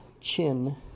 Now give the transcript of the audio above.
chin